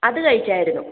അത് കഴിച്ചായിരുന്നു